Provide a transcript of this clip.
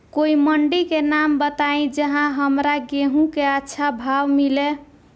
कोई मंडी के नाम बताई जहां हमरा गेहूं के अच्छा भाव मिले?